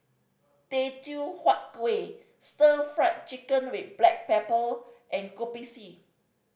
Teochew Huat Kueh Stir Fry Chicken with black pepper and Kopi C